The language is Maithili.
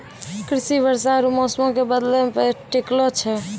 कृषि वर्षा आरु मौसमो के बदलै पे टिकलो छै